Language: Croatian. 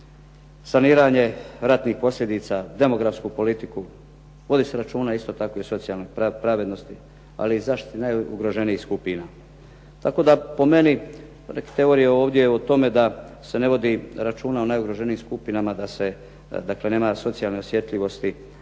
saniranje ratnih posljedica, demografsku politiku, vodi se računa isto tako i o socijalnoj pravednosti, ali i zaštiti najugroženijih skupina. Tako da po meni teorije ovdje o tome da se ne vodi računa o najugroženijim skupinama, da se dakle nema socijalne osjetljivosti,